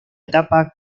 etapa